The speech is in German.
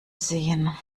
sehen